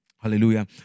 Hallelujah